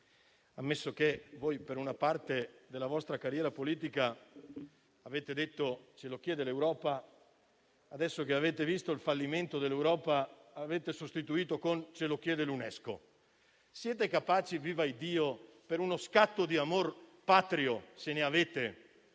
ammesso che voi per una parte della vostra carriera politica avete detto «Ce lo chiede l'Europa», adesso che avete visto il fallimento dell'Europa, l'avete sostituito con «Ce lo chiede l'UNESCO», siete capaci, per uno scatto di amor patrio - se ne avete